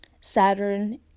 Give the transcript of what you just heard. saturn